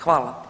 Hvala.